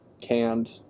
canned